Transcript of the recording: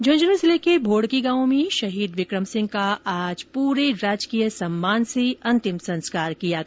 झंझनूं जिले के भोड़की गांव में शहीद विक्रम सिंह का आज पूरे राजकीय सम्मान से अंतिम संस्कार किया गया